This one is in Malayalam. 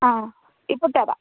ആ ഇപ്പോൾ തരാം